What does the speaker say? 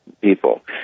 people